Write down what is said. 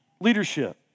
leadership